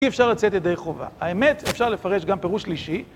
אי אפשר לצאת ידי חובה. האמת, אפשר לפרש גם פירוש שלישי.